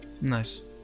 Nice